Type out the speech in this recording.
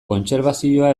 kontserbazioa